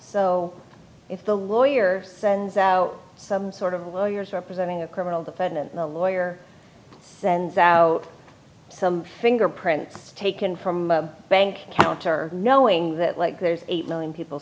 so if the lawyer sends out some sort of lawyers representing a criminal defendant the lawyer sends out some fingerprints taken from a bank account or knowing that like there's eight million people